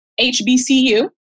HBCU